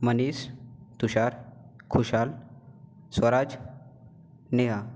Manish Tushar Kushal Swaraj Neha